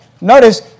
notice